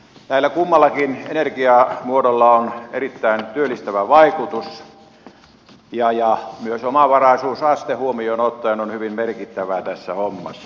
näillä kummallakin energiamuodolla on erittäin työllistävä vaikutus ja myös omavaraisuusaste huomioon ottaen se on hyvin merkittävää tässä hommassa